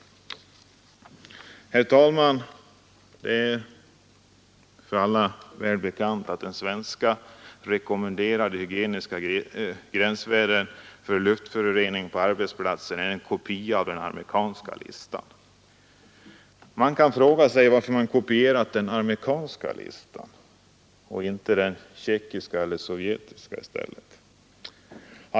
Herr talman! Det är för alla välbekant att den svenska listan över rekommenderade hygieniska gränsvärden för luftföroreningar på arbetsplatsen är en kopia av den amerikanska listan. Man kan fråga sig varför det är den amerikanska listan som kopierats och inte den tjeckoslovakiska eller den sovjetiska.